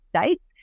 states